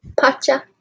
Pacha